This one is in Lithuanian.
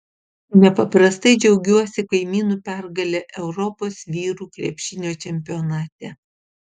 nepaprastai džiaugiuosi kaimynų pergale europos vyrų krepšinio čempionate